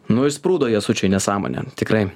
nu išsprūdo jasučiui nesąmonė tikrai